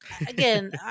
Again